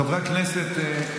חברי הכנסת,